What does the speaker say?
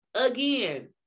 again